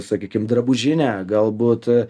sakykim drabužinę galbūt